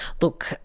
Look